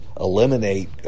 eliminate